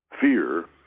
Fear